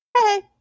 Hey